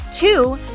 Two